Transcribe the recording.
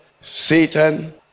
Satan